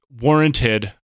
warranted